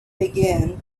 began